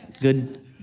Good